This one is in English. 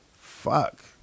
Fuck